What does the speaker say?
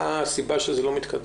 מה הסיבה לכך שזה לא מתקדם?